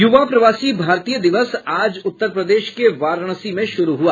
यूवा प्रवासी भारतीय दिवस आज उत्तर प्रदेश के वाराणसी में शुरू हुआ